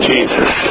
Jesus